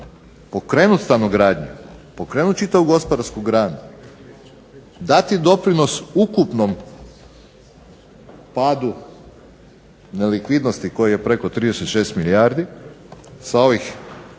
pokrenuti stanogradnju, pokrenuti čitavu gospodarsku granu, dati doprinos ukupnom padu nelikvidnosti koji je preko 36 milijardi, sa ovih